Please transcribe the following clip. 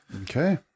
Okay